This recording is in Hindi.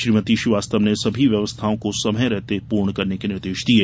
श्रीमती श्रीवास्तव ने सभी व्यवस्थाओं को समय रहते पूर्ण करने के निर्देश दिये